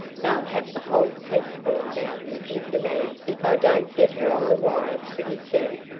they'll have the whole police force out looking for me if i don't get her on the wire pretty soon.